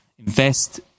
Invest